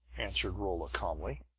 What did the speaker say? answered rolla calmly.